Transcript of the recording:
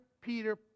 Peter